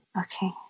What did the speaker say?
Okay